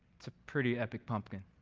that's a pretty epic pumpkin.